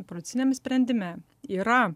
procesiniam sprendime yra